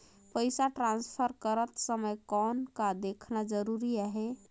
पइसा ट्रांसफर करत समय कौन का देखना ज़रूरी आहे?